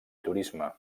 turisme